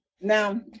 Now